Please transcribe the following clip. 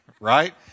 Right